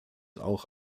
auch